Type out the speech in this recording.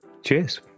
Cheers